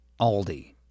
Aldi